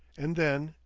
and then,